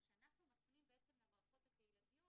כשאנחנו מפנים בעצם למערכות הקהילתיות,